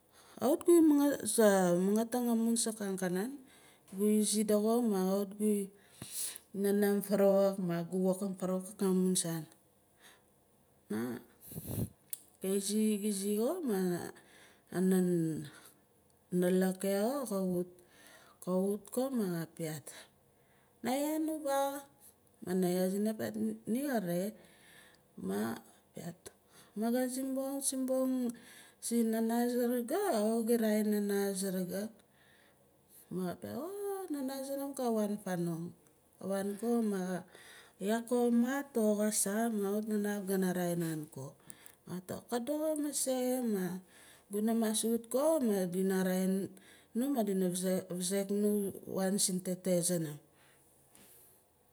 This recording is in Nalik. Kawit gu mangating amun saak angakanan gu izi doxo ma kawit gu nanaam farawaak gu wokang farawaak amun saan. Na izi ga izi xo ma anan nalak ia xo ka wut wut ko ma kapiat naiya nu vaar maan naiya zina ka piat ni kare maa piat maa ga simbong simbong sin nana surugu kawit ga ra ain nana surugu ma ka piaat oh nana sunum ka wan fanong ka wan ko maa kaa iayako xa mat or kasa ma kawit nanaaf gana ra ain nan ko. Ma ka tok ka doxo mase guna mas wut ko ma dina ra ain nu maa dina wizik nu wan sin tete sunum